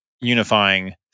unifying